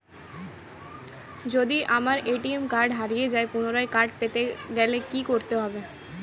যদি আমার ATM card হারিয়ে যায় পুনরায় কার্ড পেতে গেলে কি করতে হবে?